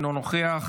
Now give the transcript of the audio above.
אינו נוכח,